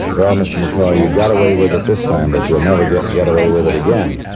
well, mr. mccloy, you got away with it this time but you'll never get get away with it again.